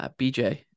BJ